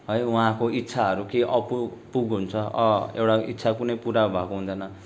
है उहाँको इच्छाहरू केही अपुग पुग हुन्छ अ एउटा इच्छा कुनै पूरा भएको हुँदैन